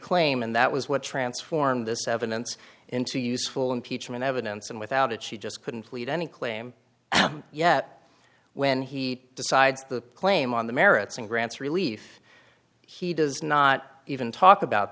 claim and that was what transformed this evidence into useful impeachment evidence and without it she just couldn't leave any claim yet when he decides to claim on the merits and grants belief he does not even talk about